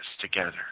together